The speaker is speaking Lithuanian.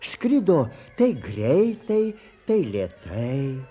skrido tai greitai tai lėtai